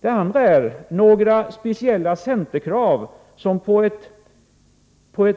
För det andra har det inte på många år ställts några speciella centerkrav som på ett